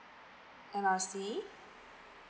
M R C